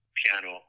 piano